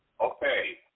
Okay